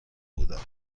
بودم